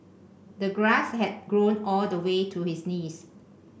the grass had grown all the way to his knees